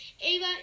Ava